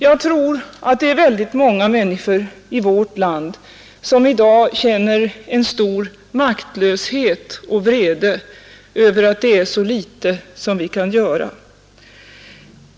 Jag tror att oerhört många människor i vårt land i dag känner stor maktlöshet och vrede över att det är så litet som vi kan göra.